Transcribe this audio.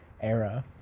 era